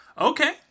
Okay